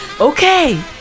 Okay